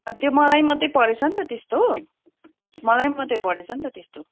त्यो मलाई मात्रै परेछ नि त त्यस्तो मलाई मात्रै परेछ नि त तेस्तो